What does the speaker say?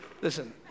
Listen